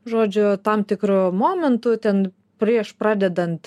žodžio tam tikru momentu ten prieš pradedant